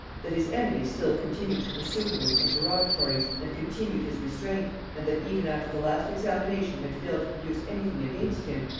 that his enemies still continued to pursue him with interrogatories, and continued his restraint and that even after the last examination had failed to produce any thing against him,